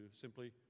simply